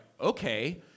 okay